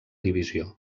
divisió